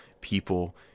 people